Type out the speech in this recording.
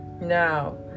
now